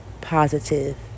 positive